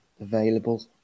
available